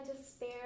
despair